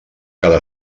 cada